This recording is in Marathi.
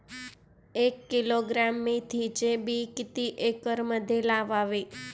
एक किलोग्रॅम मेथीचे बी किती एकरमध्ये लावावे?